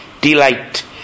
delight